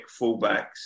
fullbacks